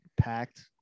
packed